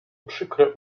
przykre